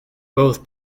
both